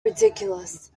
ridiculous